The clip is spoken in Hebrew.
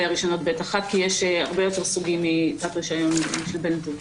הרישיונות של ב1 כי יש הרבה יותר סוגים מתת-רישיון של בן זוג.